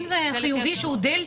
אם זה היה חיובי שהוא דלתא,